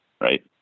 right